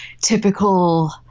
typical